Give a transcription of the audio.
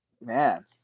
Man